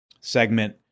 segment